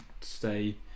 stay